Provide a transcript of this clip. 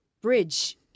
bridge